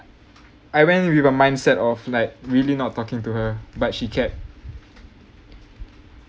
I went with a mindset of like really not talking to her but she kept